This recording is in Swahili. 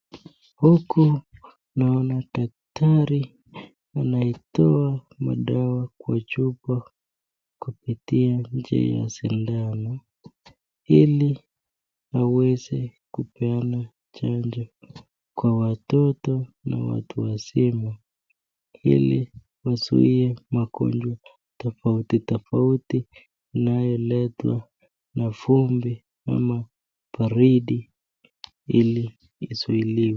Huku naona daktari anaitoa madawa kwa chupa kupitia nje ya sindano ili waweze kupeana chanjo kwa watoto na watu wasima hili wazuie magonjwa tofauti tofauti inayoletwa na vumbi ama baridi ili izuiliwe.